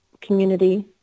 community